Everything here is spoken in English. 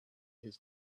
his